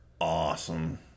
awesome